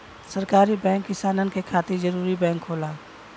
सहकारी बैंक किसानन के खातिर जरूरी बैंक होला